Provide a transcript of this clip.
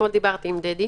אתמול דיברתי עם דדי.